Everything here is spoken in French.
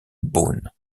bonn